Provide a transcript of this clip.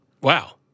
Wow